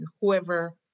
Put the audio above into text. whoever